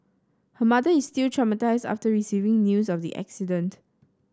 her mother is still traumatised after receiving news of the accident